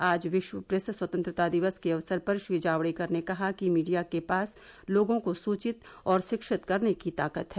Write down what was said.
आज विश्व प्रेस स्वतंत्रता दिवस के अवसर पर श्री जावड़ेकर ने कहा कि मीडिया के पास लोगों को सूचित और शिक्षित करने की ताकत है